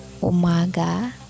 Umaga